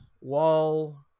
wall